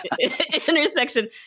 intersection